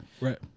right